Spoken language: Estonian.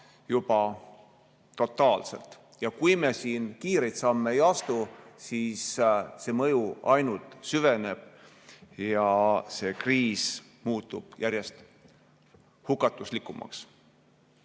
juba totaalselt ja kui me siin kiireid samme ei astu, siis see mõju ainult süveneb ja kriis muutub järjest hukatuslikumaks.